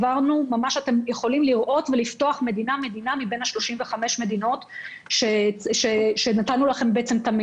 אתם יכולים לעבור מדינה-מדינה מבין 35 המדינות שנתנו לכם.